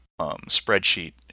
spreadsheet